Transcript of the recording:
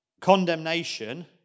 condemnation